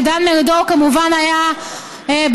כשדן מרידור כמובן היה בקואליציה,